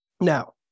Now